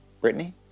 Brittany